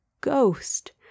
ghost